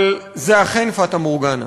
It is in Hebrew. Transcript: אבל זה אכן פטה מורגנה.